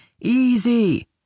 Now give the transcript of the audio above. Easy